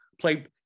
play